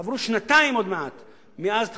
עברו שנתיים עוד מעט מאז תחילתה,